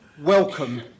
welcome